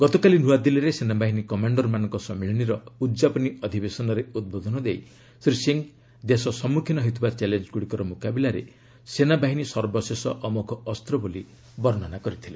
ଗତକାଲି ନୃଆଦିଲ୍ଲୀରେ ସେନାବାହିନୀ କମାଣ୍ଡରମାନଙ୍କ ସମ୍ମିଳନୀର ଉଦ୍ଯାପନୀ ଅଧିବେଶନରେ ଉଦ୍ବୋଧନ ଦେଇ ଶ୍ରୀ ସିଂ ଦେଶ ସମ୍ମୁଖୀନ ହେଉଥିବା ଚାଲେଞ୍ଜଗୁଡ଼ିକର ମୁକାବିଲାରେ ସେନାବାହିନୀ ସର୍ବଶେଷ ଅମୋଘ ଅସ୍ତ୍ର ବୋଲି ବର୍ଷ୍ଣନା କରିଛନ୍ତି